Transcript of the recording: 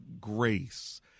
grace